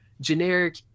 generic